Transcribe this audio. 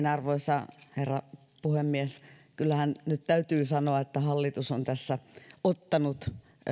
arvoisa herra puhemies kyllähän nyt täytyy sanoa että hallitus on tässä ottanut